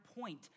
point